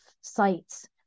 sites